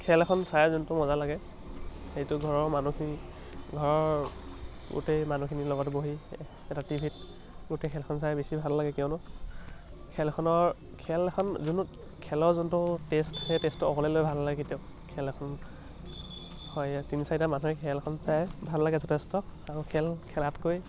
খেল এখন চাই যোনটো মজা লাগে সেইটো ঘৰৰ মানুহখিনি ঘৰৰ গোটেই মানুহখিনিৰ লগত বহি এটা টিভি ত গোটেই খেলখন চাই বেছি ভাল লাগে কিয়নো খেলখনৰ খেল এখন যোনত খেলৰ যোনটো টেষ্ট সেই টেষ্টটো অকলে লৈ ভাল নালাগে কেতিয়াও খেল এখন হয় তিনি চাৰিটা মানুহে খেলখন চাই ভাল লাগে যথেষ্ট আৰু খেল খেলাতকৈ